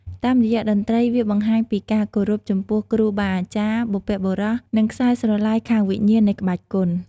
តាមរយៈតន្រី្តវាបង្ហាញពីការគោរពចំពោះគ្រូបាអាចារ្យ បុព្វបុរស និងខ្សែស្រឡាយខាងវិញ្ញាណនៃក្បាច់គុន។